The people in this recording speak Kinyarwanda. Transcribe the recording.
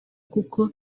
kuko